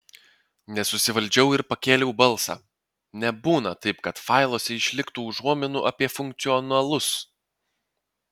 nesusivaldžiau ir pakėliau balsą nebūna taip kad failuose išliktų užuominų apie funkcionalus